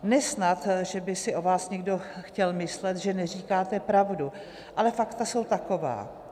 Ne snad, že by si o vás někdo chtěl myslet, že neříkáte pravdu, ale fakta jsou taková.